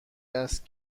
است